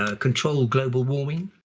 ah control global warming,